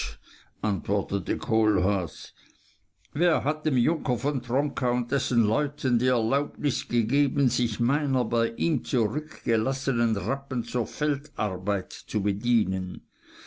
antwortete kohlhaas wer hat dem junker von tronka und dessen leuten die erlaubnis gegeben sich meiner bei ihm zurückgelassenen rappen zur feldarbeit zu bedienen